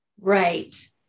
Right